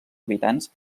habitants